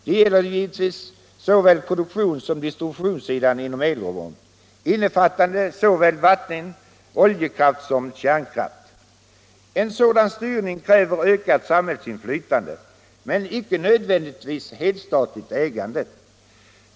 Det gäller givetvis såväl produktionssom distributionssidan inom elområdet, innefattande såväl vattenkraft och oljekraft som kärnkraft. En sådan styrning kräver ökat samhällsinflytande, men inte nödvändigtvis helstatligt ägande.